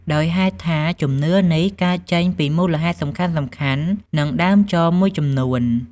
ដោយហេតុថាជំនឿនេះកើតចេញពីមូលហេតុសំខាន់ៗ និងដើមចមមួយចំនួន។